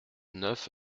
neuf